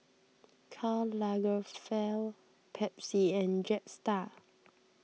Karl Lagerfeld Pepsi and Jetstar